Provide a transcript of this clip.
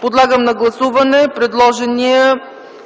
Подлагам на гласуване предложения